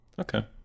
Okay